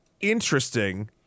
interesting